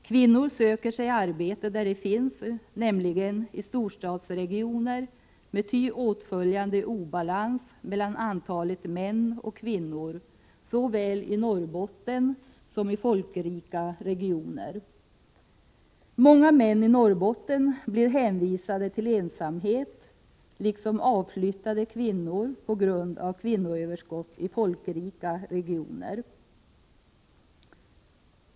Kvinnor söker sig arbete där det finns, nämligen i storstadsregioner, med ty åtföljande obalans mellan antalet män och kvinnor såväl i Norrbotten som i folkrika regioner. Många män i Norrbotten blir hänvisade till ensamhet, liksom avflyttade kvinnor blir det på grund av kvinnoöverskott i folkrika regioner.